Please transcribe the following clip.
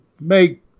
make